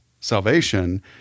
salvation